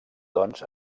doncs